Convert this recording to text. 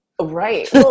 Right